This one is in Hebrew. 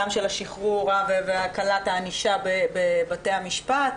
גם של השחרור והקלת הענישה בבתי המשפט,